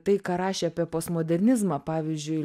tai ką rašė apie postmodernizmą pavyzdžiui